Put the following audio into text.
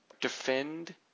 defend